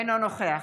אינו נוכח